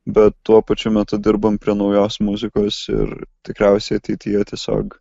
bet tuo pačiu metu dirbam prie naujos muzikos ir tikriausiai ateityje tiesiog